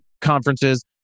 conferences